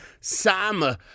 Sam